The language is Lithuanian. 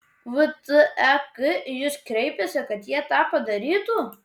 vtek į jus kreipėsi kad jie tą padarytų